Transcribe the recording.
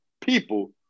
people